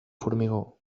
formigó